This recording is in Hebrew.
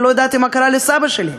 לא ידעתי מה קרה לסבא שלי.